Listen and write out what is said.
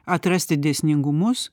atrasti dėsningumus